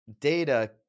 data